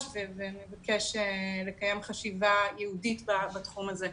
ונבקש לקיים חשיבה ייעודית בתחום הזה.